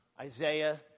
Isaiah